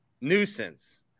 nuisance